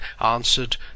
answered